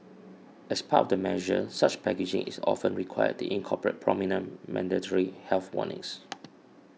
as part of the measure such packaging is often required the incorporate prominent mandatory health warnings